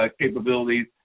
capabilities